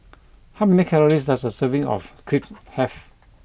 how many calories does a serving of Crepe have